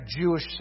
Jewish